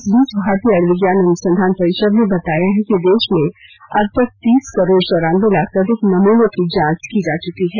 इसबीच भारतीय आयुर्विज्ञान अनुसंधान परिषद ने बताया है कि देश में अब तक तीस करोड़ चौरानबे लाख से अधिक नमूनों की जांच की जा चुकी है